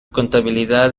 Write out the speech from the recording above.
contabilidad